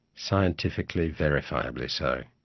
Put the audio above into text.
scientifically verifyably so,